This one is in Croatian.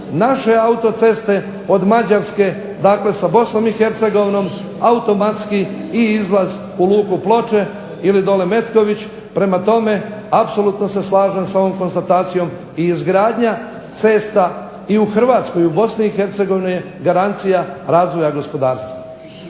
naše autoceste od Mađarske, dakle sa Bosnom i Hercegovinom, automatski i izlaz u luku Ploče ili dolje Metković, prema tome apsolutno se slažem sa ovom konstatacijom i izgradnja cesta i u Hrvatskoj i u Bosni i Hercegovini je garancija razvoja gospodarstva.